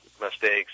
mistakes